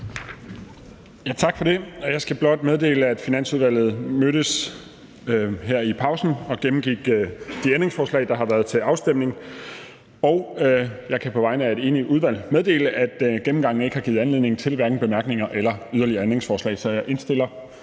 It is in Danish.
Tak for det. Jeg skal blot meddele, at Finansudvalget mødtes her i pausen og gennemgik de ændringsforslag, der har været til afstemning. Og jeg kan på vegne af et enigt udvalg meddele, at gennemgangen hverken har givet anledning til bemærkninger eller yderligere ændringsforslag. Så udvalget indstiller